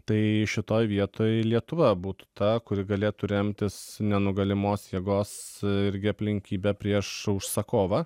tai šitoj vietoj lietuva būtų ta kuri galėtų remtis nenugalimos jėgos irgi aplinkybe prieš užsakovą